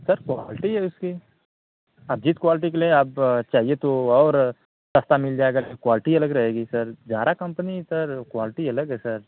sir quality अब इसकी आप जिस क्वालटी के लें आप चाहिए तो और सस्ता मिल जाएगा क्वालटी अलग रहेगी सर जारा कंपनी सर क्वालटी अलग है सर